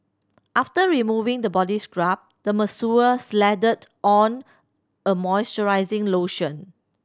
after removing the body scrub the masseur slathered on a moisturizing lotion